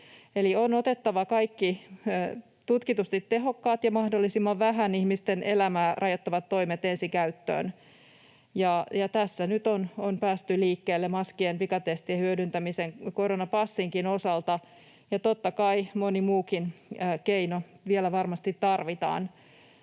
käyttöön kaikki tutkitusti tehokkaat ja mahdollisimman vähän ihmisten elämää rajoittavat toimet, ja tässä nyt on päästy liikkeelle maskien, pikatestien hyödyntämisen ja koronapassinkin osalta. Totta kai moni muukin keino vielä varmasti tarvitaan.